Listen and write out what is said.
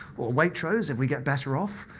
or waitrose, if we get better off.